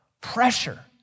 pressure